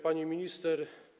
Pani Minister!